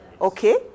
okay